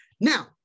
Now